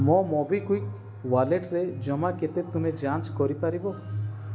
ମୋ ମୋବିକ୍ଵିକ୍ ୱାଲେଟରେ ଜମା କେତେ ତୁମେ ଯାଞ୍ଚ କରିପାରିବ